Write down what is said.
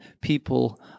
people